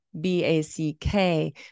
B-A-C-K